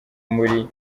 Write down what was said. muri